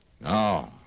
No